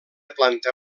planta